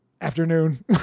afternoon